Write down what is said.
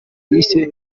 yise